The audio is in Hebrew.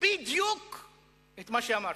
בדיוק את מה שאמרתי.